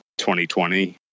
2020